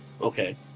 Okay